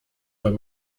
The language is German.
weil